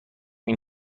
این